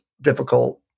difficult